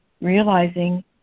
realizing